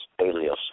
alias